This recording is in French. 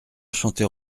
chanter